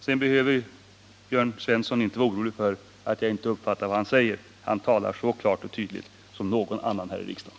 Sedan behöver Jörn Svensson inte vara orolig för att jag inte uppfattar vad han säger. Han talar så klart och tydligt som väl någon annan här i riksdagen.